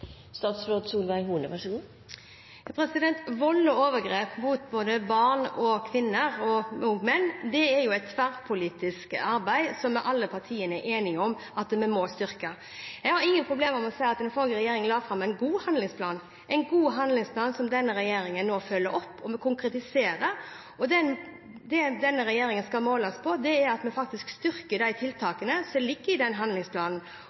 overgrep mot barn og kvinner, og også mot menn, er et tverrpolitisk arbeid som alle partier er enige om at vi må styrke. Jeg har ingen problemer med å si at den forrige regjeringen la fram en god handlingsplan som denne regjeringen nå følger opp og konkretiserer. Det denne regjeringen skal måles på, er at den faktisk styrker de tiltakene som ligger i handlingsplanen.